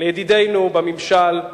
לידידינו בממשל,